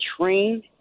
trained